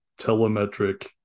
telemetric